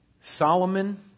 Solomon